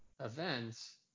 events